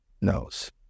knows